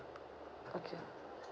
okay